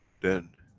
then,